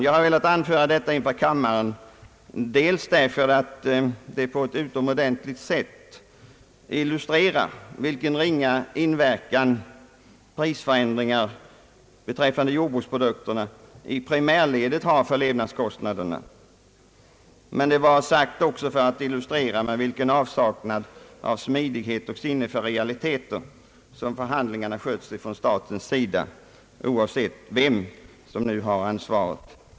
Jag har velat anföra detta inför kammaren dels därför att det på ett utomordentligt sätt illustrerar vilken ringa inverkan prisförändringar beträffande jordbruksprodukterna i primärledet har på levnadskostnaderna, dels för att illustrera med vilken avsaknad av smidighet och sinne för realiteter som förhandlingarna skötts från statens sida, oavsett vem som nu har ansvaret.